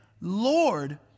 Lord